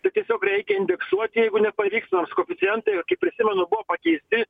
tai tiesiog reikia indeksuoti jeigu nepavyks nors koeficientai kiek prisimenu buvo pakeisti